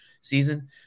season